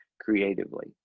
creatively